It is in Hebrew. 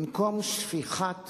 במקום שפיכת